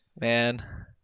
Man